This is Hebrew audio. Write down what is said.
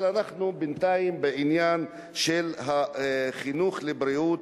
אבל אנחנו בינתיים בעניין של החינוך לבריאות